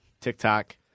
TikTok